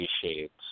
shades